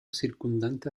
circundante